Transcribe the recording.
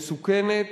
מסוכנת,